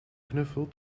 knuffel